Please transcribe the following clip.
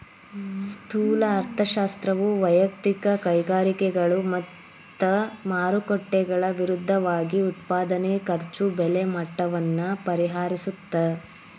ಸ್ಥೂಲ ಅರ್ಥಶಾಸ್ತ್ರವು ವಯಕ್ತಿಕ ಕೈಗಾರಿಕೆಗಳು ಮತ್ತ ಮಾರುಕಟ್ಟೆಗಳ ವಿರುದ್ಧವಾಗಿ ಉತ್ಪಾದನೆ ಖರ್ಚು ಬೆಲೆ ಮಟ್ಟವನ್ನ ವ್ಯವಹರಿಸುತ್ತ